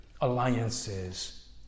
alliances